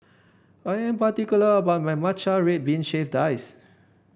I am particular about my Matcha Red Bean Shaved Ice